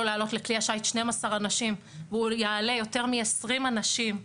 להעלות לכלי השיט 12 אנשים והוא מעלה יותר מ-20 אנשים,